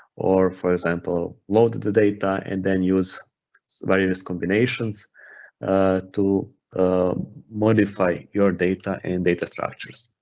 or for example, load the data, and then use various combinations to modify your data and data structures.